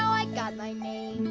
i got my name?